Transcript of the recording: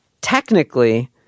technically